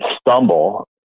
stumble